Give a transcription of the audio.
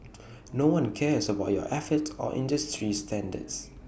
no one cares about your efforts or industry standards